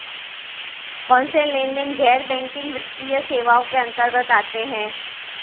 कौनसे लेनदेन गैर बैंकिंग वित्तीय सेवाओं के अंतर्गत आते हैं?